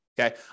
Okay